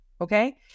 okay